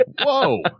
Whoa